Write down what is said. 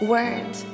Word